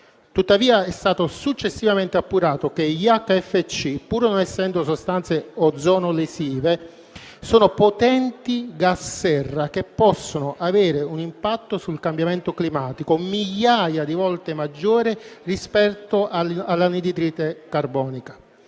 Tuttavia, è stato successivamente appurato che gli HFC, pur non essendo sostanze ozono lesive, sono potenti gas serra che possono avere un impatto sul cambiamento climatico, migliaia di volte maggiore rispetto all'anidride carbonica.